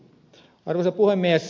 arvoisa puhemies